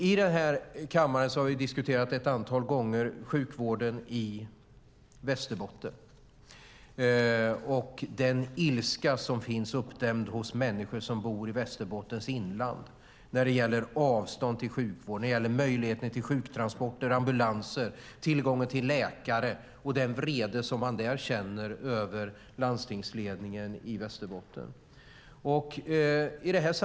I den här kammaren har vi ett antal gånger diskuterat sjukvården i Västerbotten och den ilska som finns upptänd hos människor som bor i Västerbottens inland när det gäller avstånd till sjukvård, möjligheter till sjuktransporter, ambulanser, tillgång till läkare och den vrede som man där känner över landstingsledningen i Västerbotten.